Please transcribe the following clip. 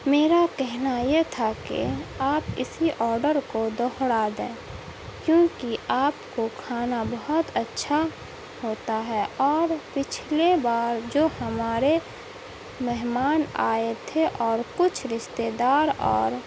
میرا کہنا یہ تھا کہ آپ اسی آڈر کو دوہرا دیں کیونکہ آپ کو کھانا بہت اچھا ہوتا ہے اور پچھلی بار جو ہمارے مہمان آئے تھے اور کچھ رشتے دار اور